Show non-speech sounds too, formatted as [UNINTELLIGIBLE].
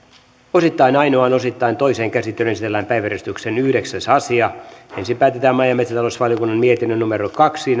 osittain ainoaan osittain toiseen käsittelyyn esitellään päiväjärjestyksen yhdeksäs asia ensin päätetään maa ja metsätalousvaliokunnan mietinnön kaksi [UNINTELLIGIBLE]